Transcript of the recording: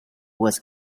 was